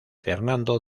fernando